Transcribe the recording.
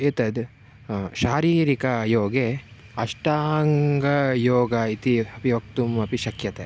एतद् शारीरिकयोगे अष्टाङ्गयोगः इति अपि वक्तुमपि शक्यते